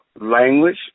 language